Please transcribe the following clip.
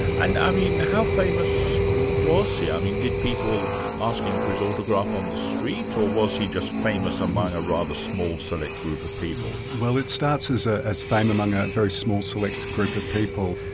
and i mean, how famous was he? i mean did people ask him for his autograph on the street, or was he just famous among a rather small, select group of people? well it starts as ah as fame among a very small, select group of people.